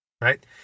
right